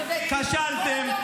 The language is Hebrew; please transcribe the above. --- כשלתם.